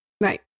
Right